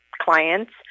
clients